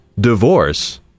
Divorce